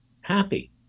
happy